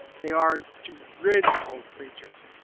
they are dreadful creatures.